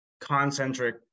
concentric